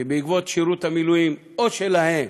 שבעקבות שירות המילואים, או שלהן